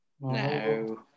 No